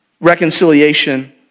reconciliation